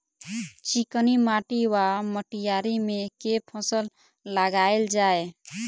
चिकनी माटि वा मटीयारी मे केँ फसल लगाएल जाए?